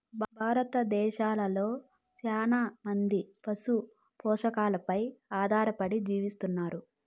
భారతదేశంలో చానా మంది పశు పోషణపై ఆధారపడి జీవిస్తన్నారు